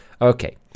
Okay